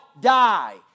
die